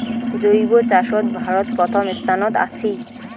জৈব চাষত ভারত প্রথম স্থানত আছি